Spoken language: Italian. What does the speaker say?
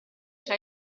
tra